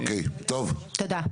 תודה.